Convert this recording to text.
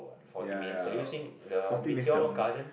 yea yea forty makes them